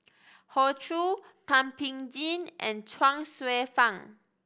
Hoey Choo Thum Ping Tjin and Chuang Hsueh Fang